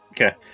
Okay